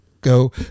go